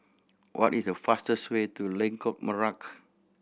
what is the fastest way to Lengkok Merak